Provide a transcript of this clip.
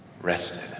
rested